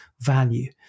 value